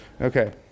Okay